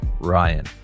Ryan